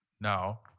now